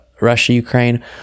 Russia-Ukraine